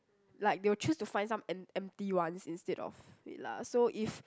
like they will choose to find some em~ empty ones instead of it lah so if